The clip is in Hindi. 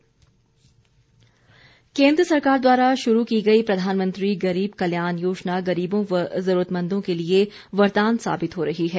गरीब कल्याण योजना केन्द्र सरकार द्वारा शुरू की गई प्रधानमंत्री गरीब कल्याण योजना गरीबों व जरूरतमंदों के लिए वरदान साबित हो रही है